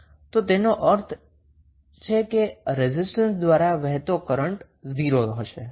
તો તેનો અર્થ છે કે રેઝિસ્ટન્સ દ્વારા વહેતો કરન્ટ 0 હશે